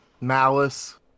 malice